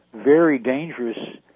very dangerous